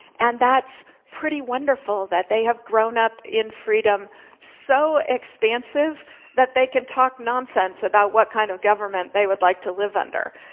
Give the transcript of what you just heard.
and that's pretty wonderful that they have grown up in freedom so expansive that they can talk nonsense about what kind of government they would like to live under.